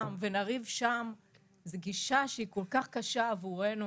ונריב שם זו גישה שהיא כל כך קשה עבורנו